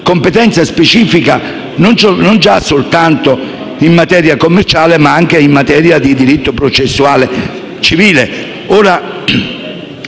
competenza specifica, non già soltanto in materia commerciale, ma anche in materia di diritto processuale civile.